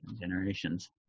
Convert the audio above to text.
generations